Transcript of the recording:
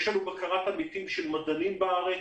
יש לנו בקרת עמיתים של מדענים בארץ,